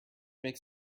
makes